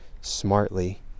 smartly